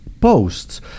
posts